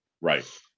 Right